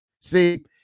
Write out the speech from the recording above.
See